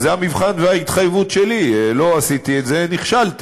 זה המבחן וההתחייבות שלי, לא עשיתי את זה, נכשלתי.